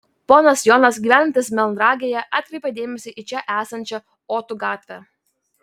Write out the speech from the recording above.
ponas jonas gyvenantis melnragėje atkreipė dėmesį į čia esančią otų gatvę